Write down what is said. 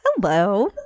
Hello